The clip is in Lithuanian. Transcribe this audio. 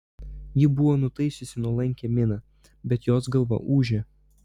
ji buvo nutaisiusi nuolankią miną bet jos galva ūžė